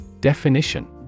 Definition